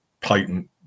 patent